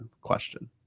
question